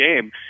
game